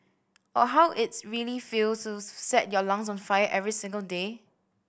or how its really feels to set your lungs on fire every single day